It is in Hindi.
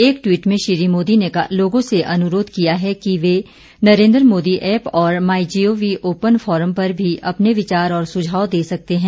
एक ट्वीट में श्री मोदी ने लोगों से अनुरोध किया है कि वे नरेन्द्र मोदी ऐप और my G O V open forum पर अपने विचार और सुझाव दे सकते हैं